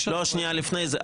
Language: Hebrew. שנייה, לפני זה.